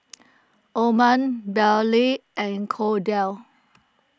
Orren Bailee and Kordell